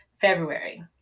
February